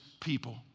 people